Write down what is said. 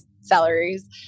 salaries